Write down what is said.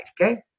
Okay